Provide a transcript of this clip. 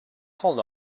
hold